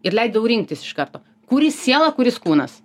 ir leidau rinktis iš karto kuris siela kuris kūnas